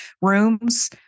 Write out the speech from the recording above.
rooms